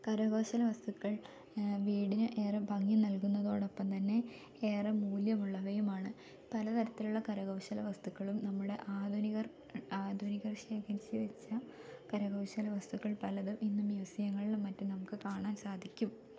കരകൗശലവസ്തുക്കൾ വീടിന് ഏറെ ഭംഗി നൽകുന്നതോടൊപ്പം തന്നെ ഏറെ മൂല്യം ഉള്ളവയുമാണ് പല തരത്തിലുള്ള കരകൗശലവസ്തുക്കളും നമ്മുടെ ആധുനികർ ആധുനികർ ശേഖരിച്ച് വെച്ച കരകൗശലവസ്തുക്കൾ പലതും ഇന്ന് മ്യൂസിയങ്ങളിലും മറ്റും നമുക്ക് കാണാൻ സാധിക്കും